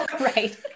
Right